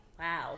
Wow